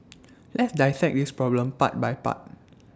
let's dissect this problem part by part